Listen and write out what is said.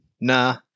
nah